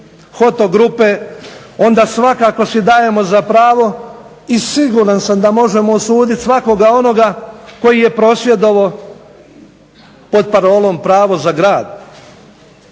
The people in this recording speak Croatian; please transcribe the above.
Hoto grupe onda svakako si dajemo za pravo i siguran sam da možemo osuditi svakoga onoga koji je prosvjedovao pod parolom "Pravo za grad".